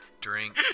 drink